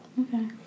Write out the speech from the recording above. okay